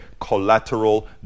collateral